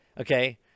Okay